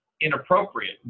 inappropriate